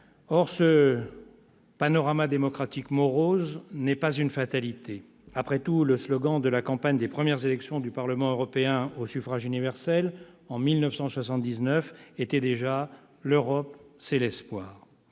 Or ce panorama démocratique morose n'est pas une fatalité. Après tout, le slogan de la campagne des premières élections au Parlement européen au suffrage universel, en 1979, était déjà :« L'Europe, c'est l'espoir.